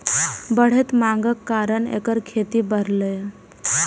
बढ़ैत मांगक कारण एकर खेती बढ़लैए